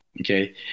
Okay